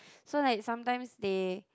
so like sometimes they